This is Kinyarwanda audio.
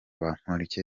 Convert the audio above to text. bamporiki